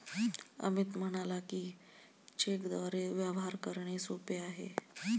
अमित म्हणाला की, चेकद्वारे व्यवहार करणे सोपे आहे